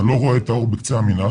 אתה לא רואה את האור בקצה המנהרה.